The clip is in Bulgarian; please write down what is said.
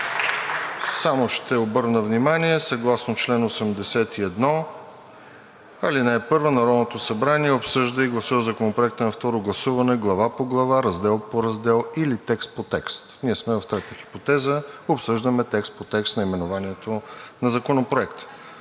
Само ще обърна внимание. Съгласно чл. 81, ал. 1 Народното събрание обсъжда и гласува законопроектите на второ гласуване глава по глава, раздел по раздел или текст по текст. Ние сме в третата хипотеза – обсъждаме текст по текст наименованието на Законопроекта.